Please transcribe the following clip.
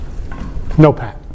NOPAT